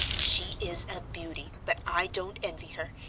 she is a beauty, but i don't envy her,